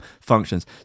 functions